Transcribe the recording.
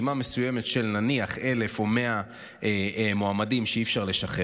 מסוימת של נניח 1,000 או 100 מועמדים שאי-אפשר לשחרר,